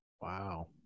Wow